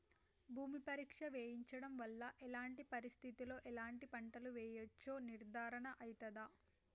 భూమి పరీక్ష చేయించడం వల్ల ఎలాంటి పరిస్థితిలో ఎలాంటి పంటలు వేయచ్చో నిర్ధారణ అయితదా?